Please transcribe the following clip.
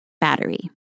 Battery